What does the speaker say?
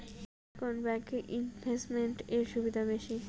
কোন ব্যাংক এ ইনভেস্টমেন্ট এর সুবিধা বেশি?